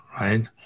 right